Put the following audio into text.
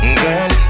girl